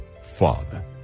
father